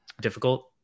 difficult